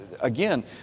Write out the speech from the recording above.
again